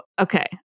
Okay